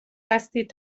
هستید